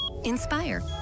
Inspire